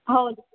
हो